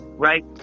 right